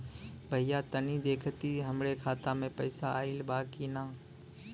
भईया तनि देखती हमरे खाता मे पैसा आईल बा की ना?